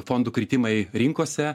fondų kritimai rinkose